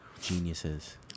geniuses